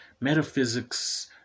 metaphysics